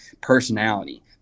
personality –